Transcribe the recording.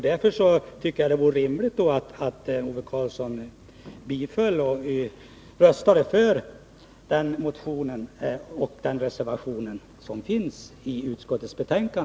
Därför tycker jag att det vore rimligt att Ove Karlsson röstade för den reservationen.